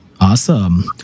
Awesome